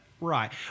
right